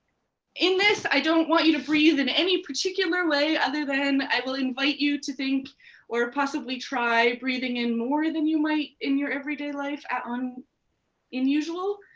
in this, i don't want you to breathe in any particular way other than i will invite you to think or possibly try breathing in more than you might in your everyday life um in usual,